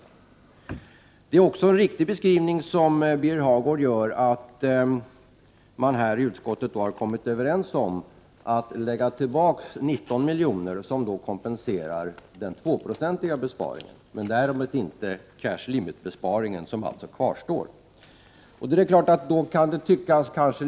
Birger Hagård gör också en riktigt beskrivning, när han säger att man i utskottet har kommit överens om att lägga tillbaka 19 miljoner på den Prot. 1988/89:120 tekniska utbildningen. Detta belopp kompenserar den 2-procentiga bespa 24 maj 1989 ringen men däremot inte cash limit-besparingen, som alltså kvarstår.